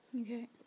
Okay